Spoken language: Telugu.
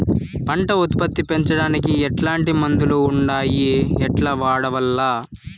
పంట ఉత్పత్తి పెంచడానికి ఎట్లాంటి మందులు ఉండాయి ఎట్లా వాడల్ల?